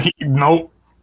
Nope